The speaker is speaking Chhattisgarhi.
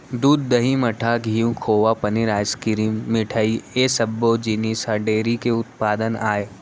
दूद, दही, मठा, घींव, खोवा, पनीर, आइसकिरिम, मिठई ए सब्बो जिनिस ह डेयरी के उत्पादन आय